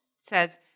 says